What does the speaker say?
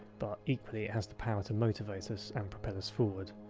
but equally it has to power to motivate us and propel us forward.